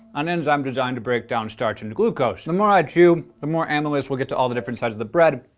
an enzyme designed to break down starch into glucose. the more i chew, the more amylase will get to all the different sides of the bread,